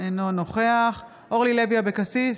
אינו נוכח אורלי לוי אבקסיס,